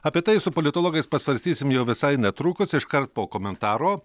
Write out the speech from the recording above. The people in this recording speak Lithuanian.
apie tai su politologais pasvarstysim jau visai netrukus iškart po komentaro